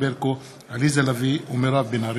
תודה.